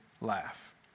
laugh